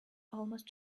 almost